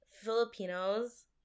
Filipinos